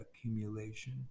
accumulation